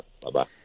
bye-bye